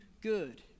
good